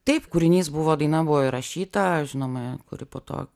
taip kūrinys buvo daina buvo įrašyta žinoma kuri po to